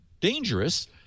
dangerous